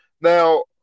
Now